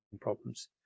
problems